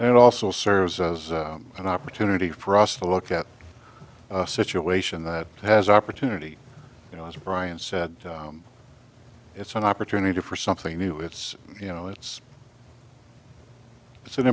it also serves as an opportunity for us to look at a situation that has opportunity you know as brian said it's an opportunity for something new it's you know it's it's an